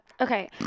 Okay